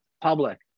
public